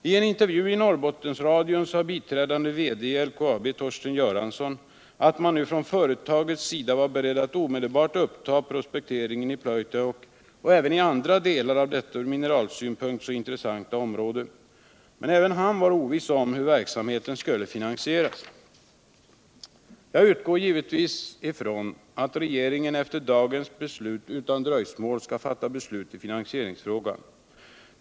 I en intervju i Norrbottensradion sade biträdande VD i LKAB, Torsten Göransson, alt man från företagets sida nu var beredd att omedelbart uppta prospekteringen i Pleutajokk och även i andra delar av detta från mineralsynpunkt intressanta område. Men även han var oviss om hur verksamheten skulle finansieras. Jag utgår givetvis ifrån att regeringen efter dagens beslut utan dröjsmäl skall fatta beslut i finansieringsfrågan.